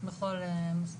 בכל המוסדות.